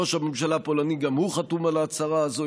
ראש הממשלה הפולני גם הוא חתום על ההצהרה הזאת,